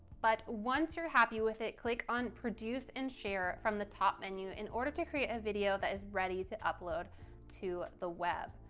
but once you're happy with it, click on produce and share from the top menu in order to create a video that is ready to upload to the web.